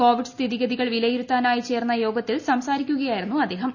Covid സ്ഥിതിഗതികൾ വിലയിരുത്താനായി ചേർന്ന യോഗത്തിൽ സംസാരിക്കുകയായിരുന്നു അദ്ദേഹം